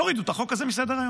תורידו את החוק הזה מסדר-היום.